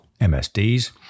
MSDs